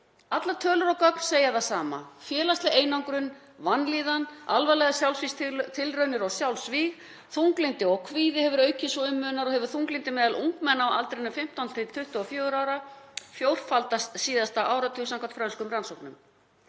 Allar tölur og gögn segja það sama: Félagsleg einangrun, vanlíðan, alvarlegar sjálfsvígstilraunir og sjálfsvíg, þunglyndi og kvíði hefur aukist svo um munar og hefur þunglyndi meðal ungmenna á aldrinum 15–24 ára fjórfaldast síðasta áratug samkvæmt frönskum rannsóknum.